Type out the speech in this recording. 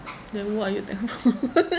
then what are you thankful